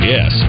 Yes